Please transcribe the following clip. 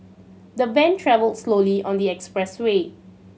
the van travelled slowly on the expressway